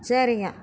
சரிங்க